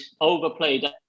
overplayed